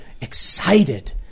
excited